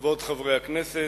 כבוד חברי הכנסת,